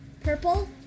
Purple